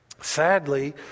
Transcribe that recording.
sadly